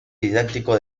didáctico